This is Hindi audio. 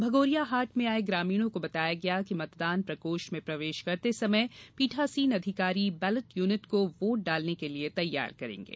भगोरिया हाट मे आये ग्रामीणो को बताया गया कि मतदान प्रकोष्ठ मे प्रवेश करते समय पीठासीन अधिकारी बैलेट यूनिट को वोट डालने के लिए तैयार करेंगे